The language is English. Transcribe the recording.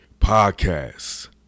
podcast